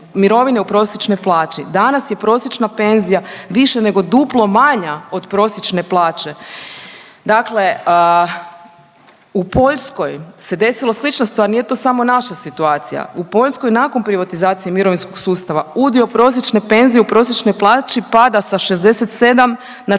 u prosječnoj plaći, danas je prosječna penzija više nego duplo manja od prosječne plaće. Dakle u Poljskoj se desilo slična stvar, nije to smo naša situacija, u Poljskoj nakon privatizacije mirovinskog sustava udio prosječne penzije u prosječnoj plaći pada sa 67 na